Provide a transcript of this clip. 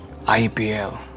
IPL